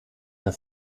der